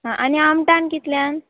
आं आनी आमटान कितल्यान